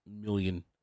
million